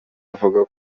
avuga